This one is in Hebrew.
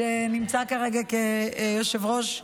שנמצא כרגע כיושב-ראש,